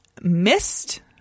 missed